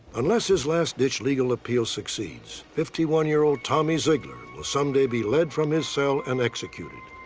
unless his last ditch legal appeal succeeds, fifty one year old tommy zeigler will someday be led from his cell and executed,